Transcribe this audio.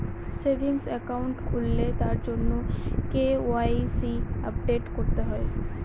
savings account খুললে তার জন্য কে.ওয়াই.সি আপডেট করতে হয়